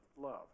love